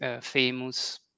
famous